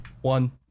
One